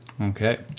Okay